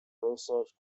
research